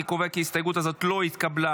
אני קובע כי ההסתייגות הזאת לא התקבלה.